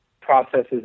processes